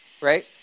right